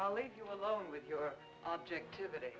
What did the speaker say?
i'll leave you alone with your objectivity